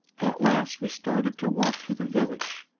at last we started to walk to the village,